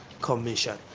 commission